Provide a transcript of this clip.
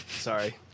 Sorry